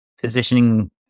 positioning